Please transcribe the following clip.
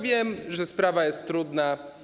Wiem, że sprawa jest trudna.